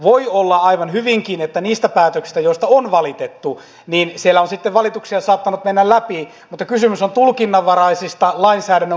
voi olla aivan hyvinkin että niistä päätöksistä joista on valitettu siellä on sitten valituksia saattanut mennä läpi mutta kysymys on tulkinnanvaraisista lainsäädännön kohdista